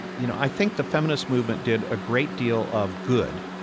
you know, i think the feminist movement did a great deal of good,